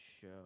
show